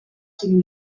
cinc